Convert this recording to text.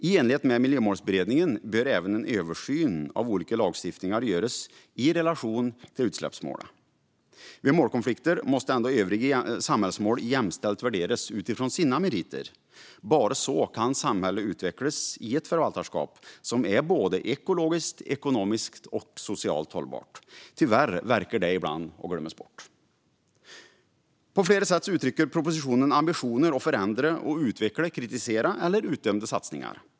I enlighet med Miljömålsberedningen bör även en översyn av olika lagstiftningar göras i relation till utsläppsmålen. Vid målkonflikter måste ändå övriga samhällsmål jämställt värderas utifrån sina meriter. Bara så kan samhället utvecklas i ett förvaltarskap som är både ekologiskt, ekonomiskt och socialt hållbart. Tyvärr verkar detta ibland glömmas bort. På flera sätt uttrycker propositionen ambitioner att förändra och utveckla kritiserade eller utdömda satsningar.